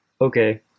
okay